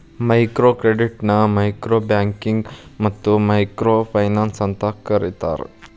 micro ಕ್ರೆಡಿಟ್ನ micro banking ಮತ್ತ micro finance ಅಂತೂ ಕರಿತಾರ